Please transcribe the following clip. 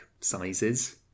sizes